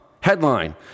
headline